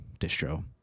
distro